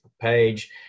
page